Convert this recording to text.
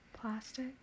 plastic